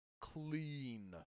clean